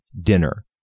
dinner